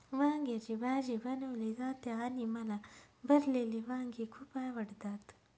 वांग्याची भाजी बनवली जाते आणि मला भरलेली वांगी खूप आवडतात